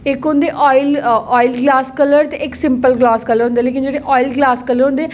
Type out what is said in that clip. इक होंदे oil oil glass colour ते इक सिंपल ग्लास कलर होंदे लेकिन जेह्ड़े आयल ग्लास कलर होंदे